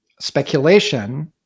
speculation